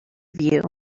view